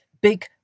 big